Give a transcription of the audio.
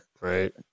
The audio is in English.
Right